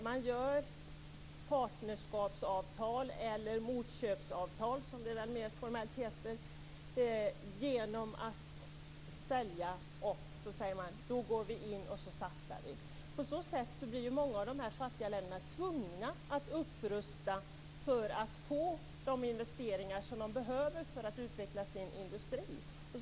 Man träffar partnerskapsavtal eller motköpsavtal, man säljer och sedan lovar man att gå in och satsa. På så sätt blir många av de fattiga länderna tvungna att upprusta för att få de investeringar som de behöver för att utveckla sin industri.